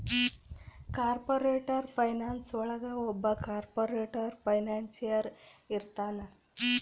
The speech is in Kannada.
ಕಾರ್ಪೊರೇಟರ್ ಫೈನಾನ್ಸ್ ಒಳಗ ಒಬ್ಬ ಕಾರ್ಪೊರೇಟರ್ ಫೈನಾನ್ಸಿಯರ್ ಇರ್ತಾನ